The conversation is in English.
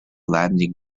landing